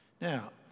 Now